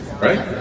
Right